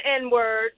N-word